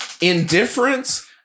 Indifference